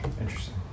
Interesting